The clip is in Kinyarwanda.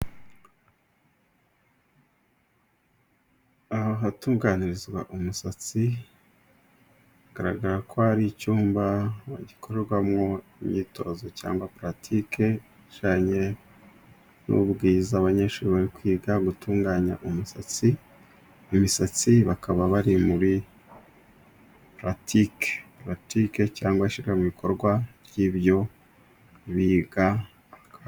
Aha hatunganyirizwa umusatsi, bigaragara ko ari icyumba gikorerwamo imyitozo cyangwa puratike ijyanye n'ubwiza, abanyeshuri kwiga gutunganya umusatsi, imisatsi bakaba bari muri puratike cyangwa ishyira mu bikorwa ry'ibyo biga.